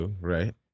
right